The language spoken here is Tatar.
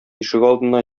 ишегалдына